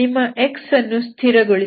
ನಿಮ್ಮ x ಅನ್ನು ಸ್ಥಿರಗೊಳಿಸಿ